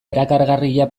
erakargarria